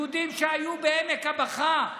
יהודים שהיו בעמק הבכא,